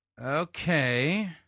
Okay